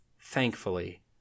Thankfully